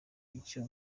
bityo